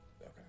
okay